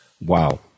Wow